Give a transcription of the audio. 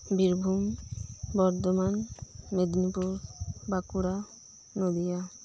Birbhum Bardhaman Medinipur Bankura Nadia